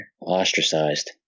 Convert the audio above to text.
ostracized